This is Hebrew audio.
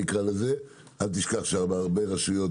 אל תשכח שהרבה רשויות,